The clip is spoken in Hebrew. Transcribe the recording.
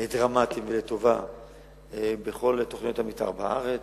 דרמטיים לטובה בכל תוכניות המיתאר בארץ.